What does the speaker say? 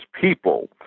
people